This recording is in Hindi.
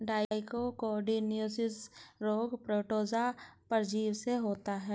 ट्राइकोडिनोसिस रोग प्रोटोजोआ परजीवी से होता है